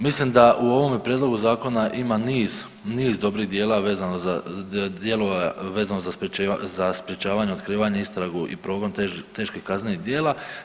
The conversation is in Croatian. Mislim da u ovome prijedlogu zakona ima niz, niz dobrih djela vezano za, dijelova vezano za sprječavanje, otkrivanje, istragu i progon teških kaznenih djela.